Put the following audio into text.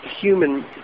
human